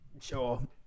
Sure